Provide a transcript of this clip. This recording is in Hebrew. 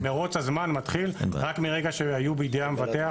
מירוץ הזמן מתחיל רק מרגע שהיו בידי המבטח